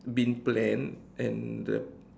been planned and the